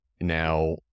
Now